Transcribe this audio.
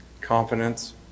Confidence